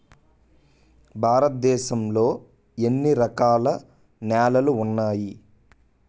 భారతదేశం లో ఎన్ని రకాల నేలలు ఉన్నాయి?